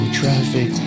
traffic